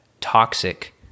toxic